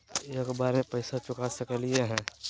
एक बार में पैसा चुका सकालिए है?